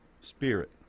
Spirit